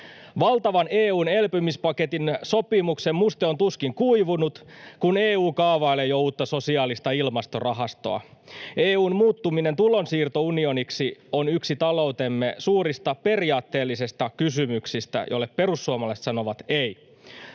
Valtavan EU:n elpymispaketin sopimuksen muste on tuskin kuivunut, kun EU kaavailee jo uutta sosiaalista ilmastorahastoa. EU:n muuttuminen tulonsiirtounioniksi on yksi taloutemme suurista periaatteellisista kysymyksistä, joille perussuomalaiset sanovat ”ei”.